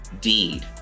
deed